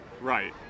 Right